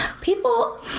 people